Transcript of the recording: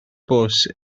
bws